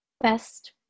Best